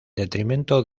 detrimento